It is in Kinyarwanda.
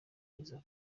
iza